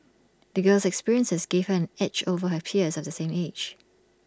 the girl's experiences gave her an edge over her peers of the same age